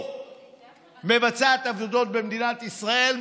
או מבצעת עבודות במדינת ישראל,